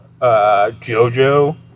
JoJo